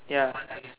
ya